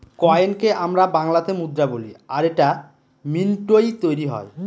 কয়েনকে আমরা বাংলাতে মুদ্রা বলি আর এটা মিন্টৈ তৈরী হয়